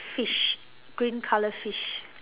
fish green colour fish